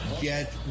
get